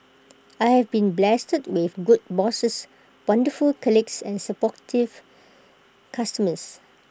I have been blessed with good bosses wonderful colleagues and supportive customers